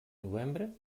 novembre